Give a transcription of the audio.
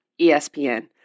ESPN